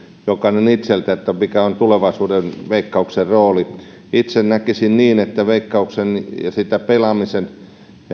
itseltään mikä on tulevaisuuden veikkauksen rooli itse näkisin niin että veikkauksen roolia ja sitä pelaamisen